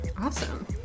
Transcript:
Awesome